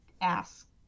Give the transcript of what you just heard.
ask